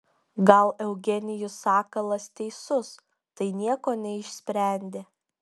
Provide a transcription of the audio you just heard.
gal eugenijus sakalas teisus tai nieko neišsprendė